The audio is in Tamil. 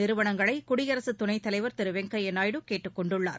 நிறுவனங்களை குடியரசு துணைத் தலைவர் திரு வெங்கய்ய நாயுடு கேட்டுக் கொண்டுள்ளார்